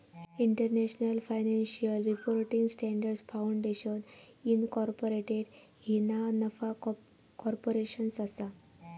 international financial reporting standards foundation incorporated ही ना नफा कॉर्पोरेशन असा